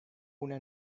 una